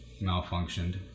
malfunctioned